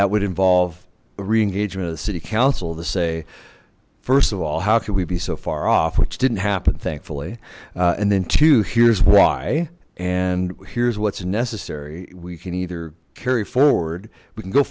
would involve a reengagement of the city council to say first of all how could we be so far off which didn't happen thankfully and then to here's why and here's what's necessary we can either carry forward we can go